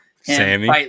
Sammy